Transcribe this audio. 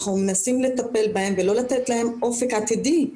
אנחנו מנסים לטפל בהם ולא לתת להם אופק עתידי,